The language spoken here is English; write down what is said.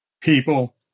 people